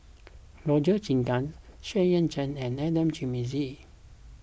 Roger Jenkins Xu Yuan Zhen and Adan Jimenez